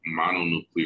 mononuclear